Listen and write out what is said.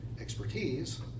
expertise